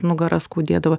nugarą skaudėdavo